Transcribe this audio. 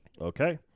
Okay